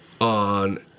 on